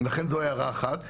לכן זו הערה אחת.